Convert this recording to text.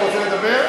דני, אתה רוצה לדבר?